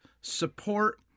support